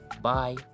Bye